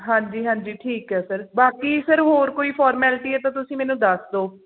ਹਾਂਜੀ ਹਾਂਜੀ ਠੀਕ ਹੈ ਸਰ ਬਾਕੀ ਸਰ ਹੋਰ ਕੋਈ ਫੋਰਮੈਲਟੀ ਹੈ ਤਾਂ ਤੁਸੀਂ ਮੈਨੂੰ ਦੱਸ ਦਿਉ